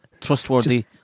trustworthy